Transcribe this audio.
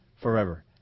forever